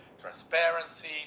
transparency